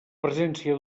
presència